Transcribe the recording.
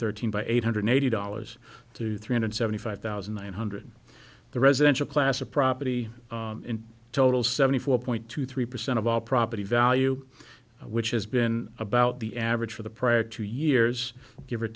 thirteen by eight hundred eighty dollars to three hundred seventy five thousand nine hundred the residential class a property in total seventy four point two three percent of all property value which has been about the average for the prior two years give or